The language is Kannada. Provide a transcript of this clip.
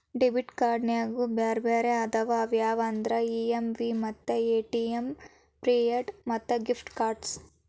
ಡೆಬಿಟ್ ಕ್ಯಾರ್ಡ್ನ್ಯಾಗು ಬ್ಯಾರೆ ಬ್ಯಾರೆ ಅದಾವ ಅವ್ಯಾವಂದ್ರ ಇ.ಎಮ್.ವಿ ಮತ್ತ ಎ.ಟಿ.ಎಂ ಪ್ರಿಪೇಯ್ಡ್ ಮತ್ತ ಗಿಫ್ಟ್ ಕಾರ್ಡ್ಸ್